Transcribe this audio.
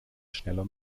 schneller